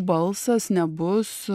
balsas nebus